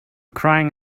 crying